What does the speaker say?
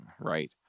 right